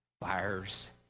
fires